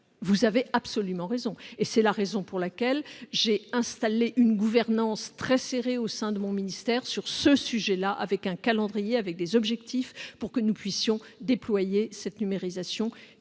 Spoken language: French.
Vous avez absolument raison ! C'est pourquoi j'ai installé une gouvernance très serrée au sein de mon ministère sur ce sujet, avec un calendrier et des objectifs, afin que nous puissions déployer cette numérisation